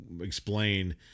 explain